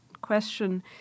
question